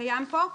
שקיים פה.